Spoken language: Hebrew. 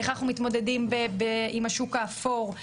איך אנחנו מתמודדים עם השוק האפור,